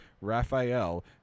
Raphael